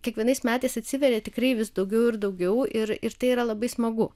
kiekvienais metais atsiveria tikri vis daugiau ir daugiau ir ir tai yra labai smagu